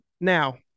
now